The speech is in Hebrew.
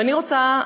ואני רוצה,